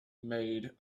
made